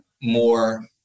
more